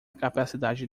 capacidade